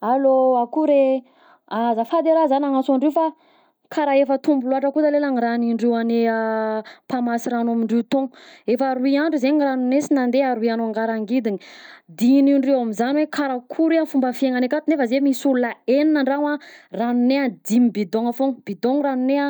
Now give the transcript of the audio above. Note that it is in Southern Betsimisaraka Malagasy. Allô, akory e! _x000D_ Ah azafady e raha nagnantso andreo fa karaha efa tombo loatra zalahy la ny raha agnin-dreo agnay mpamasy rano amindreo togno efa roy andro zegny ranognay sy nandeha, roy andro ngarangidiny, dinihndreo am'zany hoe karakory fomba fiainanay akato nefa zay misy olona enina an-dragno a, ranognay a dimy bidon-gna foagna, bidon-gna ranognay,